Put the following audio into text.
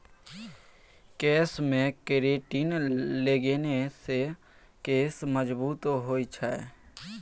केशमे केरेटिन लगेने सँ केश मजगूत होए छै